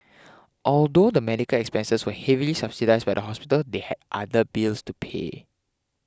although the medical expenses were heavily subsidised by the hospital they had other bills to pay